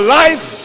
life